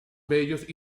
bellos